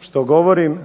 što govorim